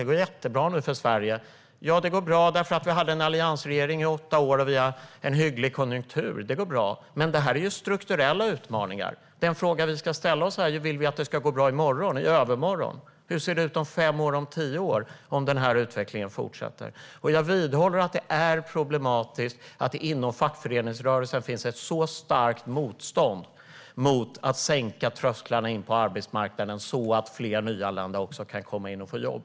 Det går nu jättebra för Sverige. Ja, det går bra för att vi hade en alliansregering i åtta år och för att vi har en hygglig konjunktur. Det går bra. Men det här är strukturella utmaningar. Den fråga vi ska ställa oss är: Vill vi att det ska gå bra i morgon och i övermorgon? Hur ser det ut om fem år och om tio år om den här utvecklingen fortsätter? Jag vidhåller att det är problematiskt att det inom fackföreningsrörelsen finns ett starkt motstånd mot att sänka trösklarna in på arbetsmarknaden så att fler nyanlända kan komma in och få jobb.